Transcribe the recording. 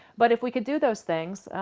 but if we could do those things,